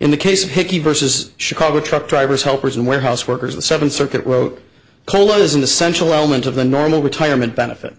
in the case of hickey versus chicago truck drivers helpers and warehouse workers the seventh circuit wrote cola is an essential element of the normal retirement benefit